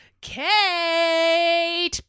Kate